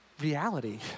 reality